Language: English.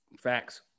Facts